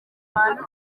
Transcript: abantu